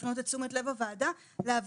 שאפנה את תשומת לב הוועדה לכך שלהבנתי,